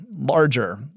larger